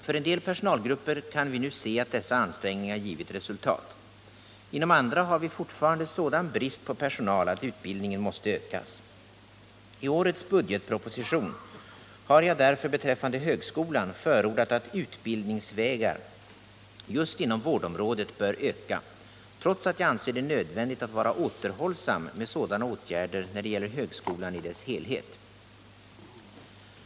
För en del personalgrupper kan vi nu se att dessa ansträngningar givit resultat. Inom andra har vi fortfarande sådan brist på personal att utbildningen måste ökas. I årets budgetproposition har jag därför beträffande högskolan förordat att antalet utbildningsvägar inom just vårdområdet bör öka, trots att jag anser det nödvändigt att vara återhållsam med sådana åtgärder när det gäller högskolan i dess helhet.